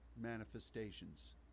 manifestations